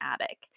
attic